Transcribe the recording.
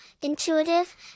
intuitive